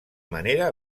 manera